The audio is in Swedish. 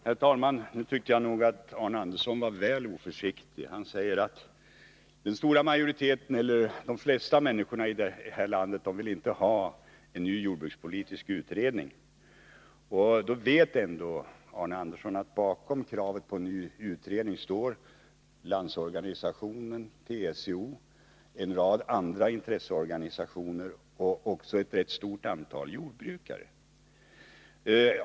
Herr talman! Nu tyckte jag nog att Arne Andersson i Ljung var väl oförsiktig. Han sade att de flesta människor i det här landet inte vill ha en ny jordbrukspolitisk utredning. Arne Andersson vet ändå att bakom kravet på en ny utredning står Landsorganisationen, TCO, en rad andra intresseorganisationer och också ett rätt stort antal jordbrukare.